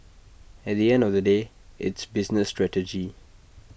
at the end of the day it's business strategy